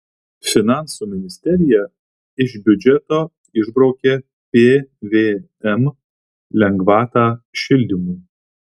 finansų ministerija iš biudžeto išbraukė pvm lengvatą šildymui